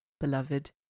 beloved